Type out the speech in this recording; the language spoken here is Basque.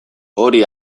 hori